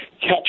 catch